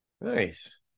Nice